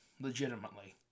Legitimately